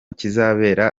kizabera